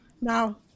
Now